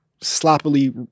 sloppily